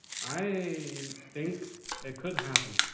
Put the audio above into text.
i think it could happen.